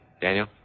Daniel